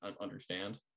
understand